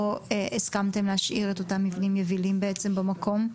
הסכמתם להשאיר את אותם מבנים יבילים בעצם במקום?